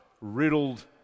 riddled